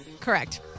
Correct